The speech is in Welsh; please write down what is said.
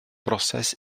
broses